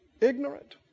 Ignorant